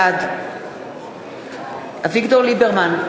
בעד אביגדור ליברמן,